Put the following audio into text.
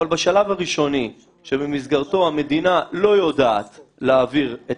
אבל בשלב הראשוני במסגרתו המדינה לא יודעת להעביר את